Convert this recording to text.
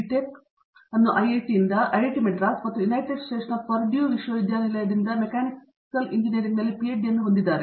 tech ಅನ್ನು IIT Madras ಮತ್ತು United ಸ್ಟೇಟ್ಸ್ನ ಪರ್ಡ್ಯೂ ವಿಶ್ವವಿದ್ಯಾಲಯದಿಂದ ಮೆಕ್ಯಾನಿಕಲ್ ಎಂಜಿನಿಯರಿಂಗ್ನಲ್ಲಿ ಪಿಎಚ್ಡಿ ಅನ್ನು ಹೊಂದಿದ್ದಾರೆ